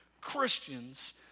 Christians